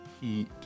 Heat